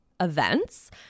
events